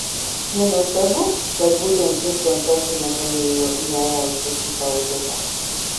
nenuostabu kad būtent šis konsorciumas laimėjo iae užsakytą auditą